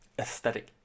aesthetic